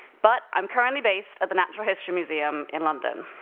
but i'm currently based at the natural history museum in london.